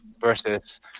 versus